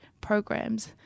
programs